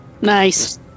nice